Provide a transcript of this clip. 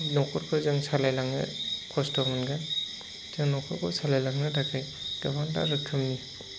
न'खरखौ जों सालायलांनो खस्त' मोनगोन जों न'खरखौ सालायलांनो थाखाय गोबांथार रोखोमनि